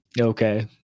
Okay